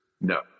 no